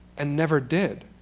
and never did?